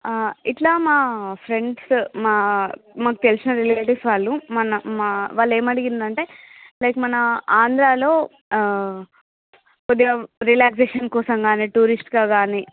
ఇట్లా మా ఫ్రెండ్స్ మా మాకు తెలిసిన రిలేటివ్స్ వాళ్ళు మన మా వాళ్ళు ఏమడిగిండ్రు అంటే లైక్ మన ఆంధ్రాలో కొద్దిగా రిలాక్సేషన్ కోసం కాని టూరిస్ట్గా కాని